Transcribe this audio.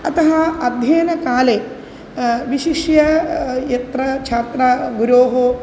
अतः अध्ययनकाले विशिष्य यत्र छात्रः गुरोः